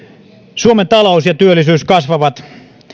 suomen talous ja työllisyys kasvavat